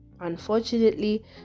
unfortunately